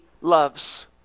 loves